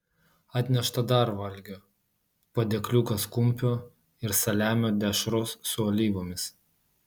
atnešta dar valgio padėkliukas kumpio ir saliamio dešros su alyvomis